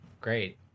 great